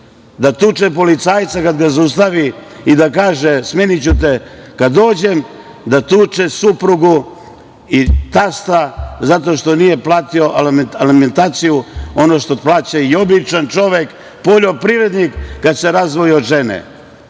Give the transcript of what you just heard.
da tuče policajca kada ga zaustavi i da kaže – smeniću te kad dođem, da tuče suprugu i tasta zato što nije platio alimentaciju, ono što plaća i običan čovek, poljoprivrednik, kad se razdvoji od žene.